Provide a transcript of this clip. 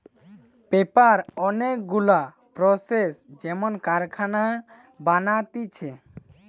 paper অনেক গুলা process মেনে কারখানায় বানাতিছে